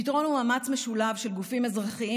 הפתרון הוא מאמץ משולב של גופים אזרחיים